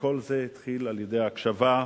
וכל זה התחיל על-ידי הקשבה,